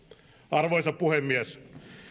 arvoisa puhemies